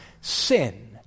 sin